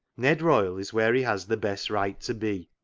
ned royle is where he has the best right to be,